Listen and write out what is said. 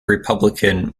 republican